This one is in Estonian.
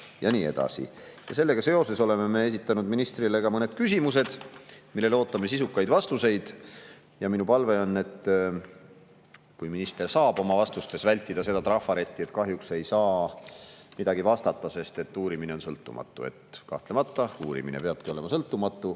ja nii edasi. Sellega seoses oleme esitanud ministrile mõned küsimused, millele ootame sisukaid vastuseid. Minu palve on – kui minister saab – vältida vastustes seda trafaretti, et kahjuks ei saa midagi vastata, sest uurimine on sõltumatu. Kahtlemata, uurimine peabki olema sõltumatu,